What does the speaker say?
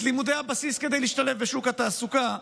לימודי הבסיס כדי להשתלב בשוק התעסוקה,